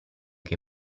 che